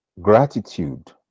Gratitude